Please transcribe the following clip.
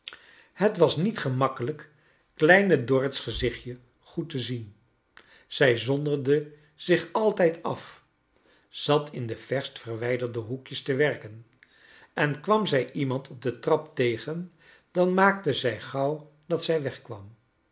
het was niet gemakkelrjk kleine dorrit's gezichtje goed te zien zrj zonderde zich altijd af zat in de verst verwijderde hoekjes te werken en kwam zij iemand op de trap tegen dan maakte zij gauw dat zij weg